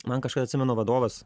man kažkada atsimenu vadovas